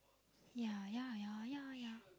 ya ya ya ya ya